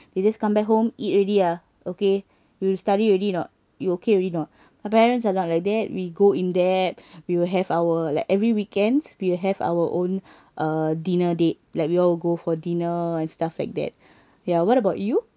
they just come back home eat already ah okay you study already or not you okay already or not my parents are not like that we go in depth we will have our like every weekends we have our own uh dinner date like we all go for dinner and stuff like that ya what about you